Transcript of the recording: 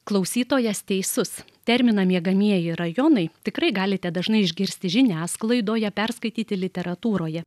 klausytojas teisus terminą miegamieji rajonai tikrai galite dažnai išgirsti žiniasklaidoje perskaityti literatūroje